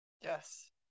Yes